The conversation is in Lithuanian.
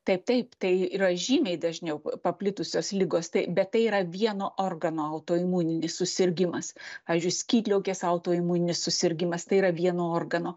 taip taip tai yra žymiai dažniau paplitusios ligos tai bet tai yra vieno organo autoimuninis susirgimas pavyzdžiui skydliaukės autoimuninis susirgimas tai yra vieno organo